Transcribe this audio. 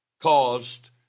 caused